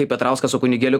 kai petrauskas su kunigėliu